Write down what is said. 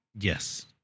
Yes